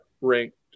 ranked